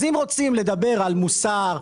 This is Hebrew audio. אז אם רוצים לדבר על מוסר,